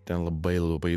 ten labai labai